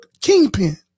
kingpin